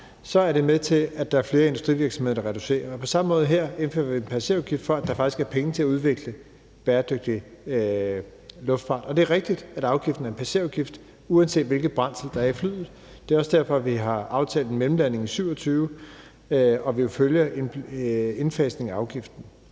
er det med til, at der er flere industrivirksomheder, der reducerer. På samme måde indfører vi en passagerafgift her, for at der faktisk er penge til at udvikle bæredygtig luftfart. Det er rigtigt, at afgiften er en passagerafgift, uanset hvilket brændsel der er i flyet. Det er også derfor, vi har aftalt en mellemlanding i 2027, og vi vil følge af indfasningen af afgiften.